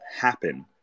happen